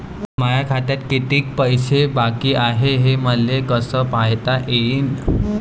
माया खात्यात कितीक पैसे बाकी हाय हे मले कस पायता येईन?